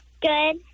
Good